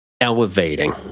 elevating